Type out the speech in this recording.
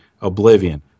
Oblivion